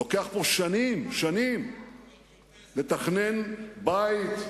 לוקח פה שנים לתכנן בית,